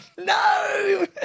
No